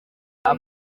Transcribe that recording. ibyo